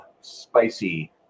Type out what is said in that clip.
spicy